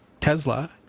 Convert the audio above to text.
Tesla